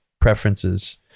preferences